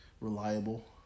reliable